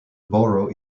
borough